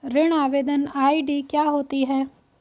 ऋण आवेदन आई.डी क्या होती है?